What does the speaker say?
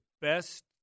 best